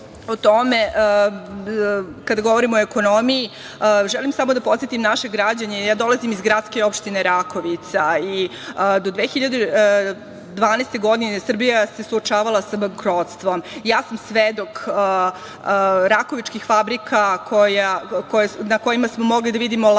zemlje. Kada govorimo o ekonomiji, želim samo da podsetim naše građane, ja dolazim iz gradske opštine Rakovica i do 2012. godine Srbija se suočavala sa bankrotstvom. Ja sam svedok rakovičkih fabrika na kojima smo mogli da vidimo lance